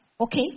Okay